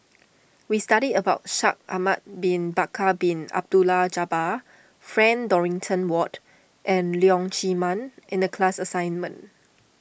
we studied about Shaikh Ahmad Bin Bakar Bin Abdullah Jabbar Frank Dorrington Ward and Leong Chee Mun in the class assignment